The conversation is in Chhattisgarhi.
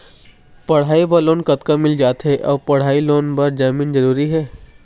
पढ़ई बर लोन कतका मिल जाथे अऊ पढ़ई लोन बर जमीन जरूरी हे?